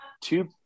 two